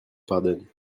pardonne